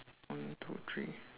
one two three